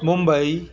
Mumbai